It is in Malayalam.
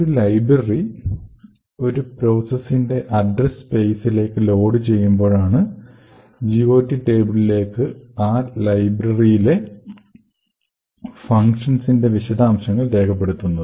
ഒരു ലൈബ്രറി ഒരു പ്രോസസ്സിന്റെ അഡ്രസ് സ്പേസിലേക് ലോഡ് ചെയ്യുമ്പോഴാണ് GOT ടേബിളിലേക് ആ ലൈബ്രറിയിലെ ഫങ്ഷൻസിന്റെ വിശദാംശങ്ങൾ രേഖപ്പെടുത്തുന്നത്